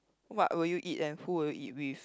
what would you eat and who will you eat with